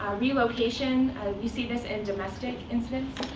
ah relocation we see this in domestic incidents.